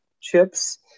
chips